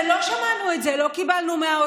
ולא שמענו את זה,